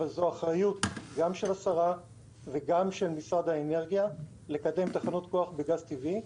אבל זו אחריות של השרה ושל משרד האנרגיה לקדם תחנות כוח בגז טבעי.